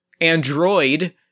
Android